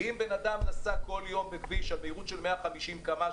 אם בן אדם נסע כל יום בכביש במהירות של 150 קמ"ש,